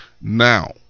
Now